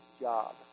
job